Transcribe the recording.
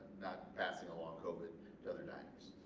passing along covid to other diners